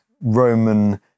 Roman